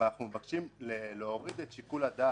אבל אנחנו מבקשים להוריד את שיקול הדעת,